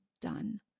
done